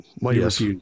Yes